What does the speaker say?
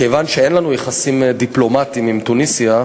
2. מכיוון שאין לנו יחסים דיפלומטיים עם תוניסיה,